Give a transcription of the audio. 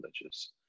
religious